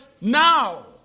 Now